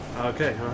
Okay